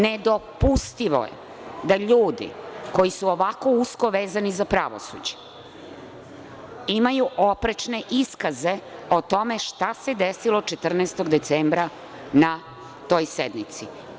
Nedopustivo je da ljudi koji su ovako usko vezani za pravosuđe imaju oprečne iskaze o tome šta se desilo 14. decembra na toj sednici.